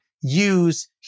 use